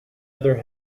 other